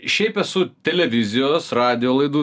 šiaip esu televizijos radijo laidų